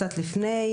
קצת לפני,